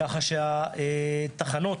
כך שהתחנות